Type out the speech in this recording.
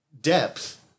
depth